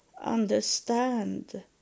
understand